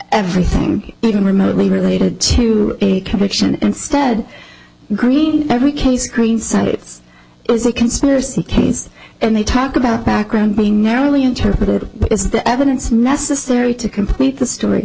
everything even remotely related to a conviction instead greet every case greenside it is a conspiracy case and they talk about background being narrowly interpreted as the evidence necessary to complete the story